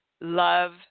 love